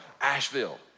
Asheville